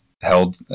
held